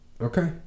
Okay